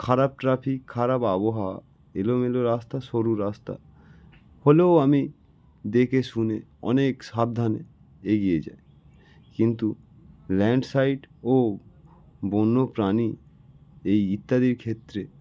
খারাপ ট্রাফিক খারাপ আবহাওয়া এলোমেলো রাস্তা সরু রাস্তা হলেও আমি দেখে শুনে অনেক সাবধানে এগিয়ে যাই কিন্তু ল্যান্ডস্লাইড ও বন্য প্রাণী এই ইত্যাদির ক্ষেত্রে